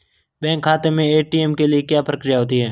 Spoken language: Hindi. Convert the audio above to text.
बैंक खाते में ए.टी.एम के लिए क्या प्रक्रिया होती है?